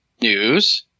News